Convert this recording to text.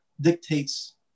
dictates